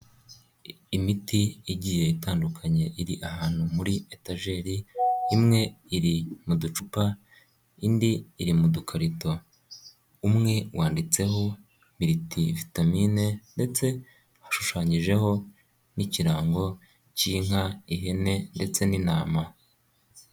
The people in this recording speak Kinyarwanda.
Imiti igiye itandukanye iri ahantu muri etajeri, imwe iri mu ducupa, indi iri mu dukarito, umwe wanditseho miriti vitamine ndetse hashushanyijeho n'ikirango cy'inka, ihene ndetse n'intama.